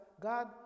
God